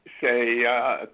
say –